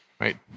right